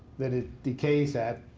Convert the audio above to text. that it decays at.